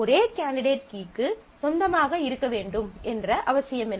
ஒரே கேண்டிடேட் கீக்கு சொந்தமாக இருக்க வேண்டும் என்ற அவசியமில்லை